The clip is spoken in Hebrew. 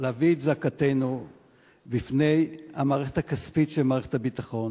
להביא את זעקתנו בפני המערכת הכספית של מערכת הביטחון,